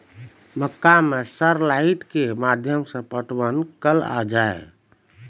मक्का मैं सर लाइट के माध्यम से पटवन कल आ जाए?